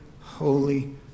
holy